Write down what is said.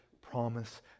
promise